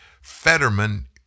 Fetterman